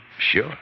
Sure